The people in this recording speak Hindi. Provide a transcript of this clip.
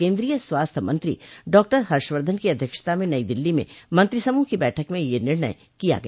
केन्द्रीय स्वास्थ्य मंत्री डॉक्टर हर्षवर्धन की अध्यक्षता में नई दिल्ली में मंत्रिसमूह की बैठक में यह निर्णय किया गया